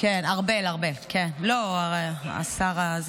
ארבל --- כן, ארבל.